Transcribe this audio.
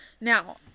Now